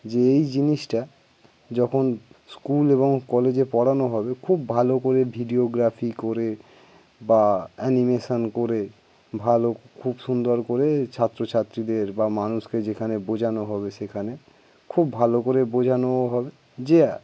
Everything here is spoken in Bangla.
যে এই জিনিসটা যখন স্কুল এবং কলেজে পড়ানো হবে খুব ভালো করে ভিডিওগ্রাফি করে বা অ্যানিমেশান করে ভালো খুব সুন্দর করে ছাত্রছাত্রীদের বা মানুষকে যেখানে বোঝানো হবে সেখানে খুব ভালো করে বোঝানো হবে যে